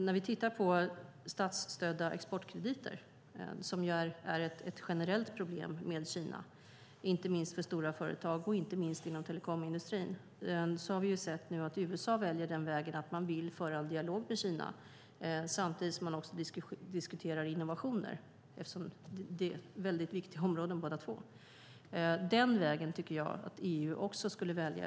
När vi tittar på statsstödda exportkrediter, som ju är ett generellt problem med Kina, inte minst för stora företag och särskilt inom telekomindustrin, ser vi att USA väljer vägen att föra en dialog med Kina samtidigt som de diskuterar innovationer; båda områdena är mycket viktiga. Den vägen tycker jag att också EU skulle välja.